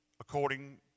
According